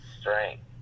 strength